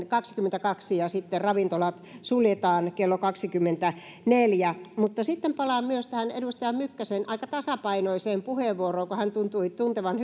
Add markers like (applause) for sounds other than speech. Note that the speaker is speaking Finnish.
(unintelligible) kaksikymmentäkaksi ja sitten ravintolat suljetaan kello kaksikymmentäneljä mutta sitten palaan myös tähän edustaja mykkäsen aika tasapainoiseen puheenvuoroon hän tuntui tuntevan (unintelligible)